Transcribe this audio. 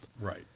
right